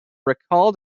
recalled